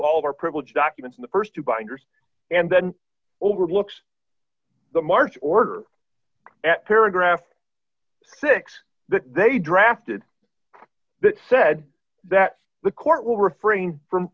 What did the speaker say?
all their privilege documents in the st two binders and then overlooks the march order at paragraph six that they drafted that said that the court will refrain from